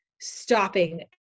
stopping